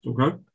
Okay